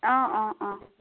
অঁ অঁ অঁ